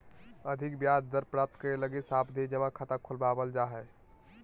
अधिक ब्याज दर प्राप्त करे लगी सावधि जमा खाता खुलवावल जा हय